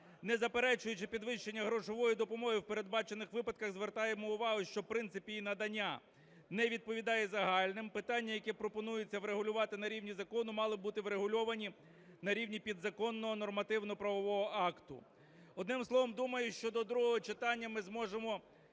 Не заперечуючи підвищення грошової допомоги в передбачених випадках, звертаємо увагу, що принцип її надання не відповідає загальним. Питання, які пропонуються врегулювати на рівні закону, мали б бути врегульовані на рівні підзаконного нормативно-правового акта. Одним словом, думаю, що до другого читання ми зможемо